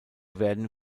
werden